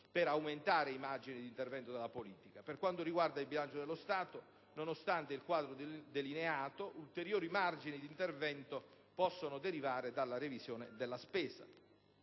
per aumentare i margini di intervento della politica. Per quanto riguarda il bilancio dello Stato, nonostante il quadro delineato, ulteriori margini di intervento possono derivare dalla revisione della spesa.